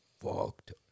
fucked